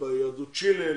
ליהדות צ'ילה,